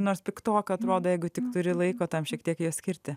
nors piktokai atrodo jeigu tik turi laiko tam šiek tiek ją skirti